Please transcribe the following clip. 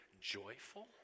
joyful